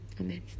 amen